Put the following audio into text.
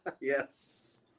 yes